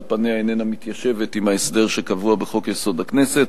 פניה איננה מתיישבת עם ההסדר שקבוע בחוק-יסוד: הכנסת.